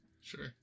Sure